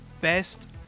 best